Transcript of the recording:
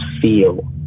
feel